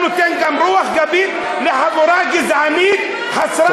אתה נותן רוח גבית לחבורה גזענית, חסרת בושה.